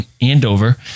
Andover